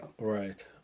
Right